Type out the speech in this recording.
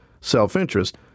self-interest